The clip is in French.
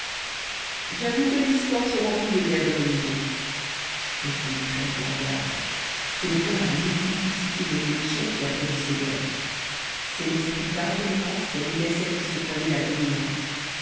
j'avoue que les histoires sont remplies des guerres de religion mais qu'on y prenne bien garde ce n'est point la multiplicité des religions qui a produit ces guerres c'est l'esprit d'intolérance qui animoit celle qui se croyoit la dominante